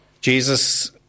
Jesus